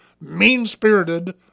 mean-spirited